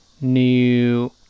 New